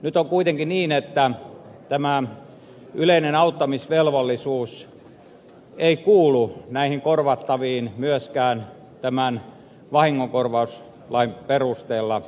nyt on kuitenkin niin että tämä yleinen auttamisvelvollisuus ei kuulu näiden korvattavien piiriin myöskään vahingonkorvauslain perusteella